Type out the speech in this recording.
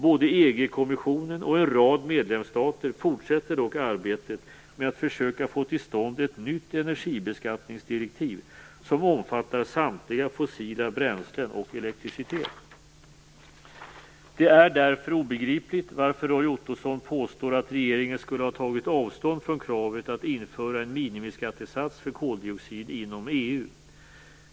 Både EG kommissionen och en rad medlemsstater fortsätter dock arbetet med att försöka få till stånd ett nytt energibeskattningsdirektiv som omfattar samtliga fossila bränslen och elektricitet. Det är därför obegripligt att Roy Ottosson påstår att regeringen skulle ha tagit avstånd från kravet att införa en minimiskattesats för koldioxid inom EU.